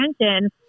attention